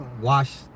Wash